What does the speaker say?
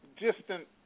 distant